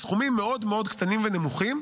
סכומים מאוד מאוד קטנים ונמוכים.